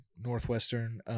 Northwestern